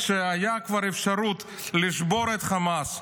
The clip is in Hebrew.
כשהייתה כבר אפשרות לשבור את חמאס,